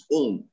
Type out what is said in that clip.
own